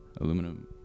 Aluminum